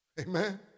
Amen